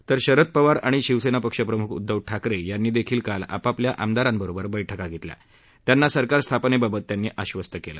तर शरद पवार आणि शिवसेना पक्ष प्रमुख उद्धब ठाकरे यांनीही काल आपापल्या आमदारांबरोबर बैठका घेतल्या आणि त्यांना सरकार स्थापनेबाबत आश्वस्त केलं